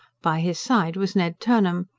by his side was ned turnham.